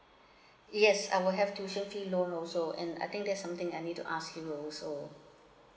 yes I will have to loan also and I think that's something I need to ask you also